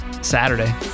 Saturday